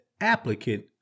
applicant